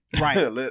Right